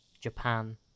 Japan